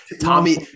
Tommy